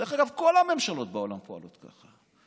דרך אגב, כל הממשלות בעולם פועלות ככה.